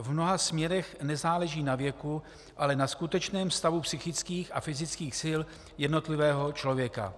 V mnoha směrech nezáleží na věku, ale na skutečném stavu psychických a fyzických sil jednotlivého člověka.